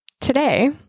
Today